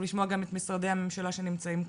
לשמוע גם את משרדי הממשלה שנמצאים כאן.